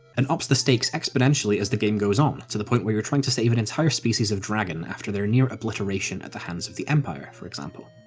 ups the stakes exponentially as the game goes on, to the point where you're trying to save an entire species of dragon after their near obliteration at the hands of the empire, for example.